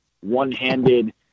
one-handed